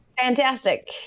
Fantastic